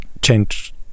change